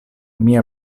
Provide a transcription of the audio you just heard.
mia